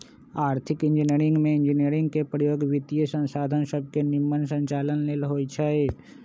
आर्थिक इंजीनियरिंग में इंजीनियरिंग के प्रयोग वित्तीयसंसाधन सभके के निम्मन संचालन लेल होइ छै